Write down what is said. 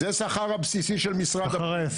זה השכר הבסיסי של משרד הפנים,